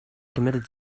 committed